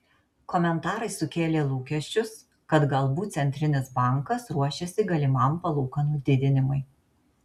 komentarai sukėlė lūkesčius kad galbūt centrinis bankas ruošiasi galimam palūkanų didinimui